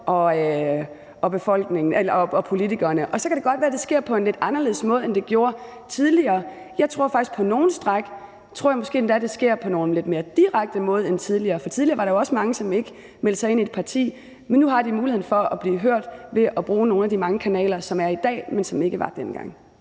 og politikerne. Så kan det godt være, at det sker på en lidt anderledes måde, end det gjorde tidligere. Jeg tror faktisk, at det på nogle stræk sker på nogle lidt mere direkte måder end tidligere, for tidligere var der jo også mange, som ikke meldte sig ind i et parti, men nu har de muligheden for at blive hørt ved at bruge nogle af de mange kanaler, der er i dag, og som ikke var der dengang.